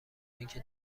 اینکه